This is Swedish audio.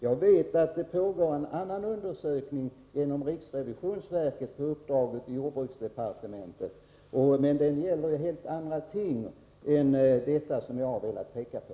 Jag vet att en annan undersökning pågår inom riksrevisionsverket på uppdrag av jordbruksdepartementet, men den gäller helt andra ting än det jag har velat peka på.